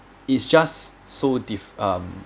it's just so dif~ um